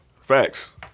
facts